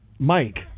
Mike